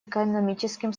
экономическим